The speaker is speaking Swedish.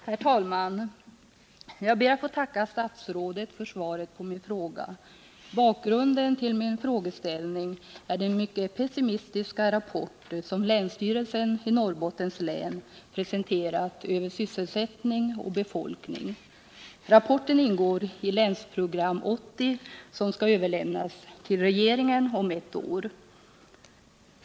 Herr talman! Jag ber att få tacka statsrådet för svaret på min fråga. Bakgrunden till min frågeställning är den mycket pessimistiska rapport om sysselsättning och befolkning som länsstyrelsen i Norrbottens län presenterat. Rapporten ingår i Länsprogram 80, som skall överlämnas till regeringen om ett år.